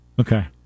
Okay